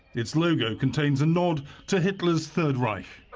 its logo contains a nod to hitler's third reich.